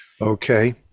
Okay